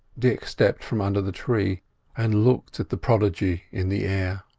dick stepped from under the tree and looked at the prodigy in the air.